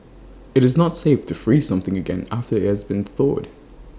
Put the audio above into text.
IT is not safe to freeze something again after IT has thawed